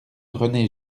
rené